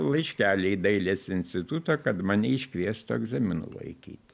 laiškelį į dailės institutą kad mane iškviestų egzaminų laikyt